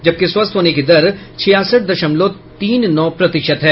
जबकि स्वस्थ होने की दर छियासठ दशलमव तीन नौ प्रतिशत है